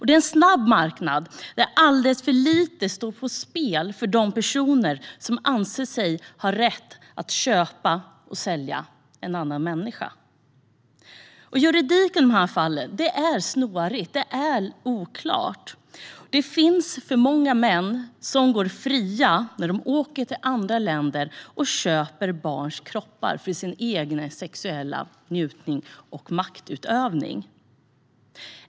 Det är en snabb marknad där alldeles för lite står på spel för personer som anser sig ha rätt att köpa och sälja en annan människa. Juridiken i de här fallen är snårig och oklar. Det finns för många män som går fria när de åker till andra länder och köper barns kroppar för sin egen sexuella njutnings och maktutövnings skull.